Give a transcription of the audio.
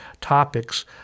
topics